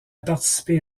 participé